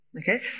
okay